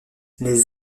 les